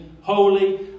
holy